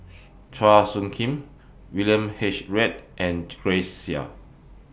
Chua Soo Khim William H Read and Grace Chia